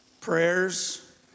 prayers